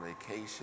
vacation